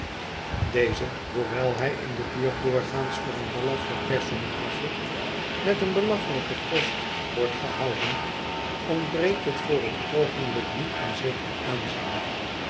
dezen hoewel hij in de buurt doorgaans voor een belachelijk personage met een belachelijken post wordt gehouden ontbreekt het voor het oogenblik niet aan zeker aanzien